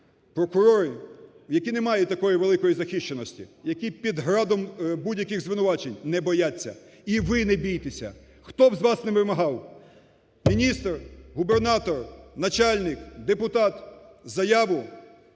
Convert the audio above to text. прокурори, які не мають такої великої захищеності, які під градом будь-яких звинувачень не бояться і ви не бійтеся. Хто б з вас не вимагав, міністр, губернатор, начальник, депутат, заяву